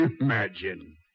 Imagine